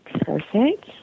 Perfect